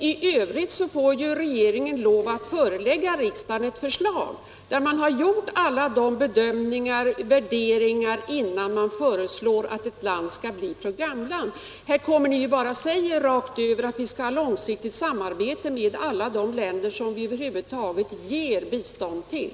I övrigt får regeringen lov att förelägga riksdagen ett förslag, där man gjort alla nödvändiga bedömningar och värderingar, innan man föreslår att ett land skall bli programland. Här kommer ni bara och säger rakt över att ni vill ha ett långsiktigt samarbete med alla de länder som vi över huvud taget ger bistånd till.